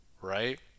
right